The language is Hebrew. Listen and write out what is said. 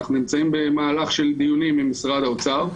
אנחנו נמצאים במהלך של דיונים עם משרד האוצר.